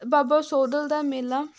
ਬਾਬਾ ਸੋਢਲ ਦਾ ਮੇਲਾ